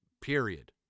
Period